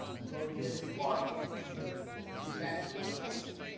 you go to different barber bounds and we'll get back to what i'm saying.